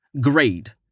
Grade